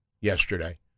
yesterday